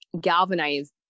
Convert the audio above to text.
galvanize